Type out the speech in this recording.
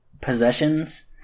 possessions